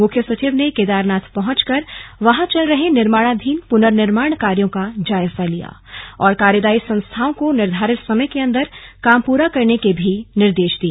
मुख्य सचिव ने केदारनाथ पहुंचचकर वहां चल रहे निर्माणाधीन पुनर्निर्माण कार्यो का जायजा लिया और कार्यदायी संस्थाओं को निर्धारित समय के अंदर काम पूरा करने को निर्देश दिए